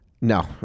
No